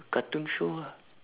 cartoon show ah